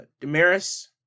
Damaris